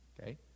Okay